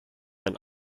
ein